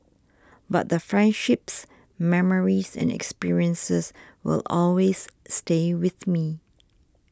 but the friendships memories and experiences will always stay with me